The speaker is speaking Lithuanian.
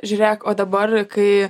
žiūrėk o dabar kai